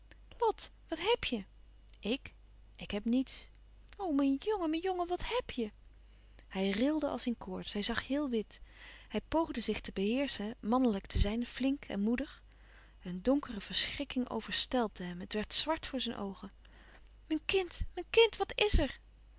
lot wat hèb je ik ik heb niets o mijn jongen mijn jongen wat hèb je hij rilde als in koorts hij zag heel wit hij poogde zich te beheerschen mannelijk te zijn flink en moedig een donkere verschrikking overstelpte hem het werd zwart voor zijn oogen mijn kind mijn kind wat is er